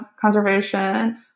conservation